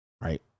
Right